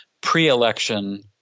pre-election